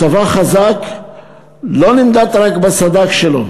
צבא חזק לא נמדד רק בסד"כ שלו,